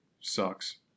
sucks